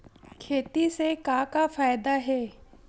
खेती से का का फ़ायदा हे?